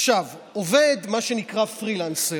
עובד מה שנקרא פרילנסר,